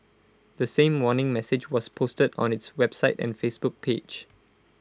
the same warning message was posted on its website and Facebook page